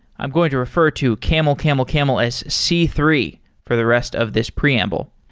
i'm going to refer to camelcamelcamel as c three for the rest of this preamble.